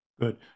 Good